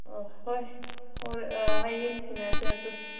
ꯍꯣꯏ ꯍꯣꯏ ꯍꯌꯦꯡ ꯊꯦꯡꯅꯁꯦ ꯑꯗꯨ